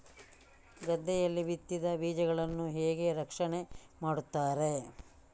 ಗದ್ದೆಯಲ್ಲಿ ಬಿತ್ತಿದ ಬೀಜಗಳನ್ನು ಹೇಗೆ ರಕ್ಷಣೆ ಮಾಡುತ್ತಾರೆ?